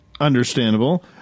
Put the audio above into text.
Understandable